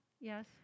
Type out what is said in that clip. Yes